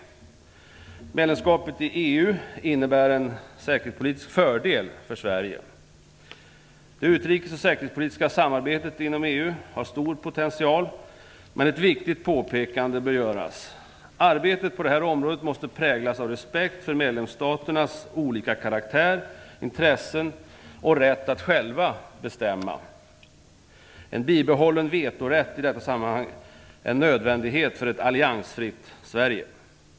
Medlemskapet i EU innebär en säkerhetspolitisk fördel för Sverige. Det utrikes och säkerhetspolitiska samarbetet inom EU har stor potential, men ett viktigt påpekande bör göras. Arbetet på detta område måste präglas av respekt för medlemsstaternas olika karaktär, intressen och rätt att själva bestämma. En bibehållen vetorätt i detta samarbete är en nödvändighet för ett alliansfritt Sverige!